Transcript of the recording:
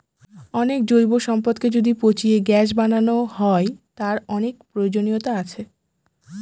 অনেক জৈব সম্পদকে যদি পচিয়ে গ্যাস বানানো হয়, তার অনেক প্রয়োজনীয়তা আছে